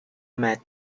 met